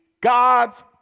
God's